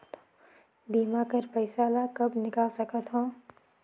बीमा कर पइसा ला कब निकाल सकत हो?